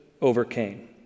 overcame